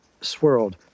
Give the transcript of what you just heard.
swirled